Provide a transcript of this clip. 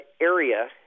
area